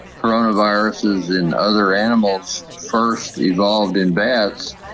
coronaviruses in other animals first evolved in bats,